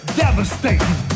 devastating